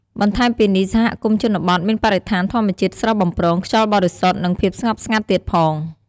បន្ថែមពីនេះសហគមន៍ជនបទមានបរិស្ថានធម្មជាតិស្រស់បំព្រង ខ្យល់បរិសុទ្ធ និងភាពស្ងប់ស្ងាត់ទៀតផង។